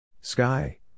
Sky